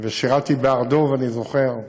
שירתי בהר דב, אני זוכר,